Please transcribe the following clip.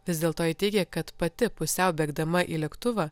vis dėlto ji teigė kad pati pusiau bėgdama į lėktuvą